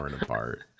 apart